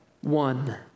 one